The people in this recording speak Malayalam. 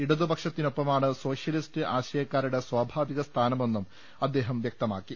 ഇടതുപക്ഷത്തി നൊപ്പമാണ് സോഷ്യലിസ്റ്റ് ആശയക്കാരുടെ സ്വാഭാ വികസ്ഥാനമെന്നും അദ്ദേഹം വൃക്തമാക്കി